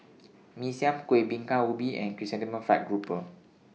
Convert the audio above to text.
Mee Siam Kuih Bingka Ubi and Chrysanthemum Fried Grouper